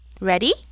Ready